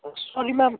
sorry ma'am